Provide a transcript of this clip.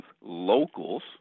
locals